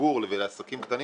לציבור ולעסקים הקטנים